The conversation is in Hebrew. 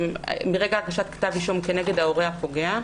מרגע הגשת כתב אישום כנגד ההורה הפוגע,